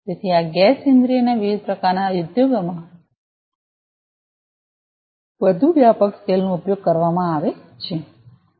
તેથી આ ગેસ ઇન્દ્રિયના વિવિધ પ્રકારનાં ઉદ્યોગોમાં વધુ વ્યાપક સ્કેલનો ઉપયોગ કરવામાં આવે છે